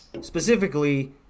specifically